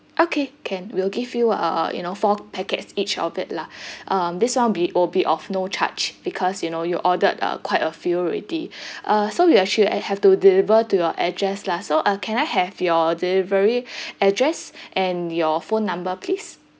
okay can we'll give you uh you know four packets each of it lah um this one be will be of no charge because you know you ordered uh quite a few already uh so we actually uh have to deliver to your address lah so uh can I have your delivery address and your phone number please